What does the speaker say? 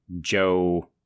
joe